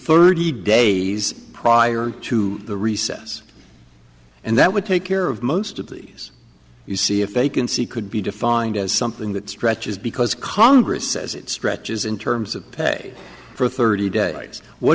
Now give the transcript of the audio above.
thirty days prior to the recess and that would take care of most of these you see if they can see could be defined as something that stretches because congress says it stretches in terms of pay for thirty days what